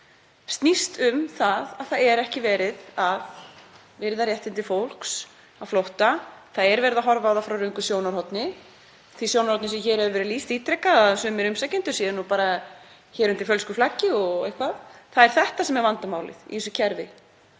snýst um að það er ekki verið að virða réttindi fólks á flótta. Það er verið að horfa á þetta frá röngu sjónarhorni, því sjónarhorni sem hér hefur verið lýst ítrekað, að sumir umsækjendur séu bara hér undir fölsku flaggi og eitthvað. Það er þetta sem er vandamálið í þessu kerfi.